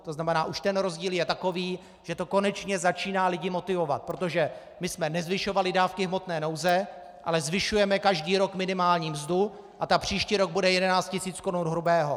To znamená, že ten rozdíl už je takový, že to konečně začíná lidi motivovat, protože my jsme nezvyšovali dávky hmotné nouze, ale zvyšujeme každý rok minimální mzdu a ta příští rok bude 11 tisíc korun hrubého.